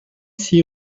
six